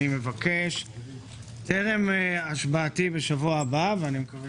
אני מבקש טרם השבעתי בשבוע הבא אני מקווה